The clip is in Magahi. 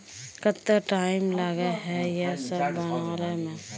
केते टाइम लगे है ये सब बनावे में?